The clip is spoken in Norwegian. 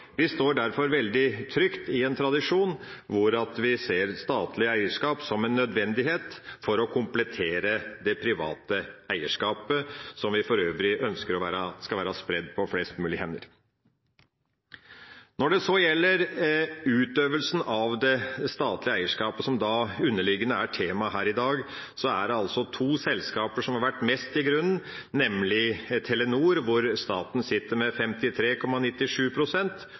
Vi står derfor veldig trygt i en tradisjon hvor vi ser statlig eierskap som en nødvendighet for å komplettere det private eierskapet, som vi for øvrig ønsker skal være spredt på flest mulig hender. Når det så gjelder utøvelsen av det statlige eierskapet, som er det underliggende temaet her i dag, er det altså to selskaper som har vært mest i forgrunnen, nemlig Telenor, hvor staten sitter med